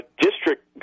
district